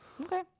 Okay